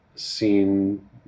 seen